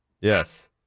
Yes